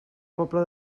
pobla